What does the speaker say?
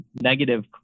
negative